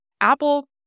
Apple